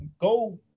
Go